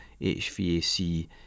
HVAC